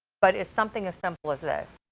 but it's something as simple as this.